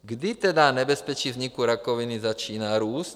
Kdy tedy nebezpečí vzniku rakoviny začíná růst?